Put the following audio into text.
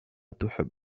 تحب